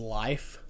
life